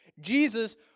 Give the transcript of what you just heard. Jesus